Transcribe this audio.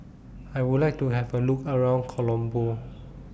I Would like to Have A Look around Colombo